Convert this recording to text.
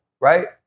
right